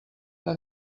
que